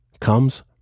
comes